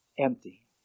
empty